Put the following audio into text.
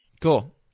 Cool